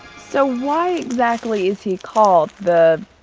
so why exactly is he called the